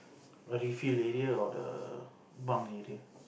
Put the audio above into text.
the field area or the bunk area